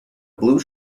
blue